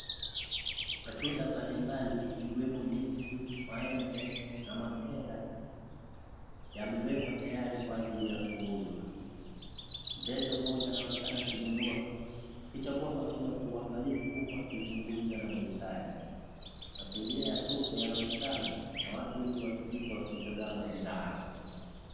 Matunda mbalimbali ikiwemo ndizi, maembe na mapera, yamewekwa tayari kwa ajli ya kuuzwa, mteja mmoja anaonekana akinunua, akichagua matunda kwa uangalifu huku akizungumza na muuzaji, mazingira ya soko yanaonekana, na watu wengi wakipita wakitazama bidhaa.